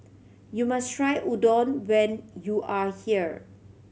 you must try Udon when you are here